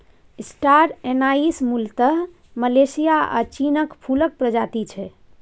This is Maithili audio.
स्टार एनाइस मुलतः मलेशिया आ चीनक फुलक प्रजाति छै